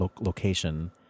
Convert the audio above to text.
location